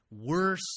worse